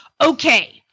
okay